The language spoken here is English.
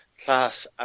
class